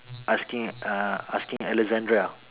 asking uh asking Alexandra